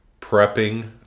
prepping